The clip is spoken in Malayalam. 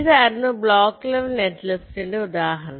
ഇതായിരുന്നു ബ്ലോക്ക് ലെവൽ നെറ്റിലിസ്റ്റിന്റെ ഉദാഹരണം